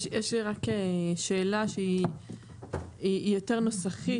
יש לי רק שאלה שהיא יותר נוסחית,